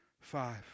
five